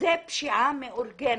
זאת פשיעה מאורגנת.